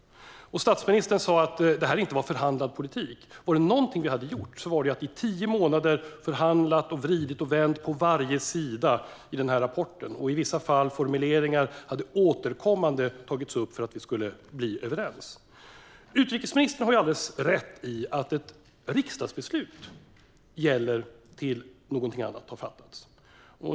Statsministern sa att det här inte var förhandlad politik. Men var det någonting vi hade gjort var det ju att förhandla. I tio månader hade vi vridit och vänt på varje sida i den här rapporten. I vissa fall hade formuleringar återkommande tagits upp för att vi skulle bli överens. Utrikesministern har alldeles rätt i att ett riksdagsbeslut gäller tills något annat beslut har fattats.